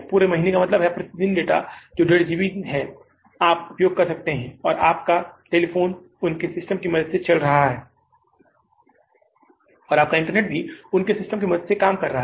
पूरे महीने का मतलब है कि प्रति दिन डेटा जो कि 15 GB डेटा है आप उपयोग कर सकते हैं और आपका टेलीफोन उनके सिस्टम की मदद से चल रहा है और आपका इंटरनेट भी उनके सिस्टम की मदद से काम कर रहा है